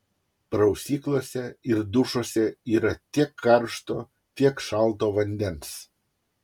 prausyklose ir dušuose yra tiek karšto tiek šalto vandens